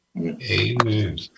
Amen